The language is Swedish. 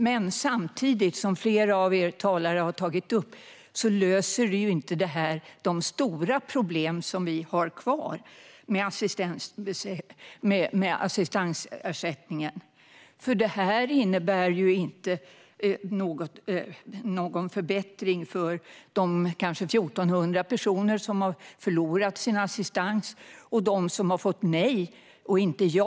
Men samtidigt, som flera talare har tagit upp, löser det här inte de stora problem som vi har kvar med assistansersättningen. Detta innebär ju inte någon förbättring för de kanske 1 400 personer som förlorat sin assistans eller som fått nej och inte ja.